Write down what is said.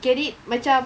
get it macam